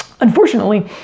Unfortunately